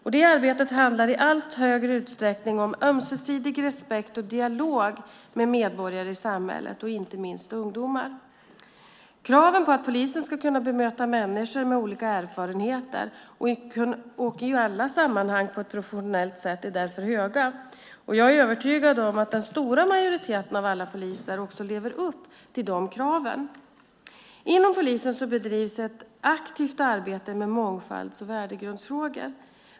Detta arbete handlar i allt större utsträckning om ömsesidig respekt och dialog med medborgare i samhället och inte minst med ungdomar. Kraven på att polisen ska kunna bemöta människor med olika erfarenheter och i alla sammanhang på ett professionellt sätt är därför höga. Jag är övertygad om att den stora majoriteten av alla poliser också lever upp till dessa krav. Inom polisen bedrivs ett aktivt arbete med mångfalds och värdegrundsfrågor.